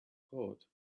coat